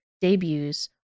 debuts